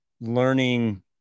learning